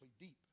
deep